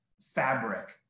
fabric